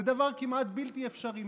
הוא דבר כמעט בלתי אפשרי,